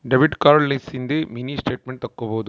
debit card ಲಿಸಿಂದ mini statement ತಕ್ಕೊಬೊದು